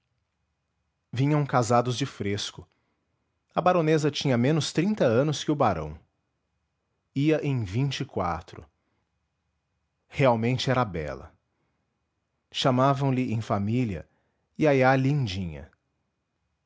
vinham casados de fresco a baronesa tinha menos trinta anos que o barão ia em vinte e quatro realmente era bela chamavam-lhe em família iaiá lindinha